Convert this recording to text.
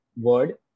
word